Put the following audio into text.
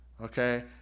Okay